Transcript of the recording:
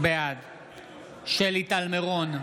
בעד שלי טל מירון,